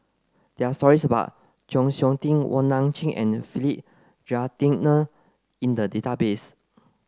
there are stories about Chng Seok Tin Wong Nai Chin and Philip Jeyaretnam in the database